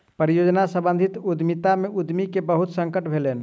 परियोजना सम्बंधित उद्यमिता में उद्यमी के बहुत संकट भेलैन